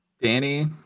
Danny